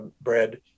bread